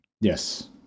Yes